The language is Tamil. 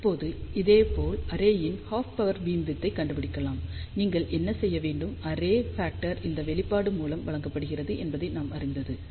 இப்போது இதேபோல் அரேயின் ஹாஃப் பவர் பீம் விட்த் கண்டுபிடிக்கலாம் நீங்கள் என்ன செய்ய வேண்டும் அரே ஃபக்டர் இந்த வெளிப்பாடு மூலம் வழங்கப்படுகிறது என்பதை நாம் அறிந்தது